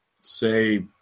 say